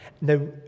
Now